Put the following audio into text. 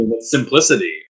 simplicity